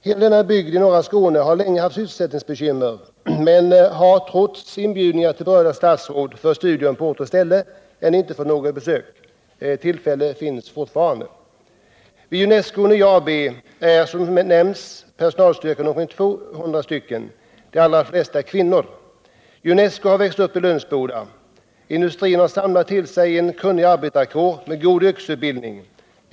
Hela denna bygd i norra Skåne har länge haft sysselsättningsbekymmer men har, trots inbjudningar till berörda statsråd för studium härav på ort och ställe, ännu inte fått något sådant besök. Tillfälle härtill finns fortfarande. Vid Nya Junesco AB är, som nämnts, personalstyrkan omkring 200 personer, de allra flesta kvinnor. Junesco har växt upp i Lönsboda, och industrin har samlat till sig en kunnig arbetarkår, med god yrkesutbildning.